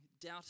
doubt